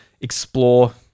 explore